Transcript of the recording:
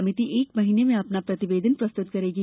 समिति एक महीने में अपना प्रतिवेदन प्रस्तुत करेगी